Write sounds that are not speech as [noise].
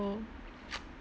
[noise]